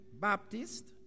Baptist